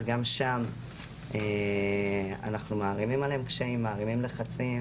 אז גם שם אנחנו מערימים עליהם קשיים ולחצים.